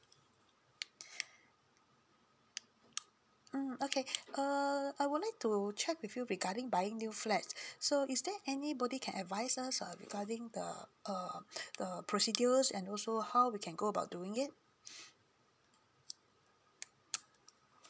mm okay err I would like to check with you regarding buying new flat so is there anybody can advise us uh regarding the err procedures and also how we can go about doing it